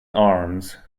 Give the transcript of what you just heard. arms